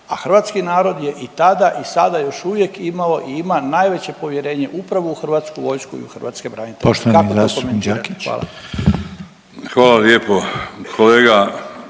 A hrvatski narod je i tada i sada još uvijek imao i ima najveće povjerenje upravo u Hrvatsku vojsku i u Hrvatske branitelje. Kako